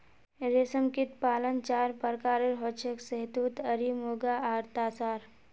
रेशमकीट पालन चार प्रकारेर हछेक शहतूत एरी मुगा आर तासार